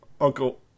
Uncle